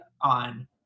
on